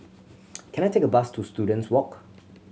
can I take a bus to Students Walk